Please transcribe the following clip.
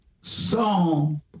song